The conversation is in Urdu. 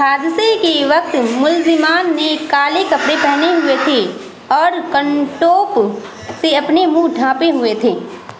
حادثے کے وقت ملزمان نے کالے کپڑے پہنے ہوئے تھے اور کنٹوک سے اپنے منہ ڈھانپے ہوئے تھے